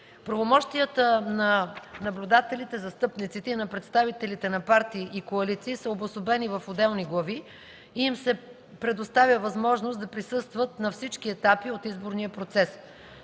Правомощията на наблюдателите, застъпниците и на представителите на партии и коалиции са обособени в отделни глави и им се предоставя възможност да присъстват на всички етапи от изборния процес.”